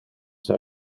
zou